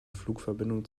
flugverbindung